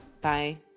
Bye